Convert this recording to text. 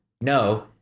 No